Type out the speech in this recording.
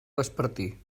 vespertí